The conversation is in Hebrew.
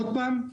עוד פעם,